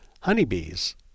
honeybees